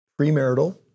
premarital